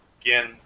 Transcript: Again